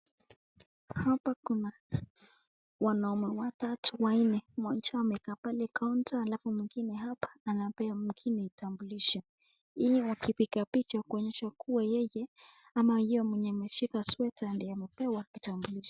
Hapa kuna wanaumme watatu wanne mmoja amekaa pale counter alafu mwingine hapa anapee mwingine kitambulisho. Ili wakipiga picha kuonyesha kua yeye, ama huyo mwenye ameshika sweater[cs ]ndio amepewa kitambulisho.